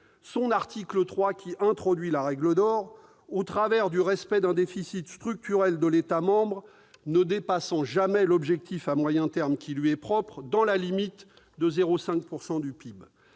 son article 3 introduit la règle d'or, au travers du respect d'un déficit structurel de l'État membre ne dépassant pas l'objectif à moyen terme qui lui est propre, dans la limite de 0,5 % du PIB